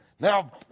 Now